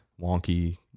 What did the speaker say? wonky